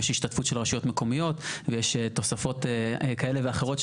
יש השתתפות של רשויות מקומיות ויש תוספות כאלה ואחרות,